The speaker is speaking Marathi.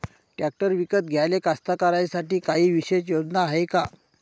ट्रॅक्टर विकत घ्याले कास्तकाराइसाठी कायी विशेष योजना हाय का?